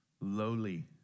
lowly